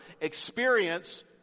experience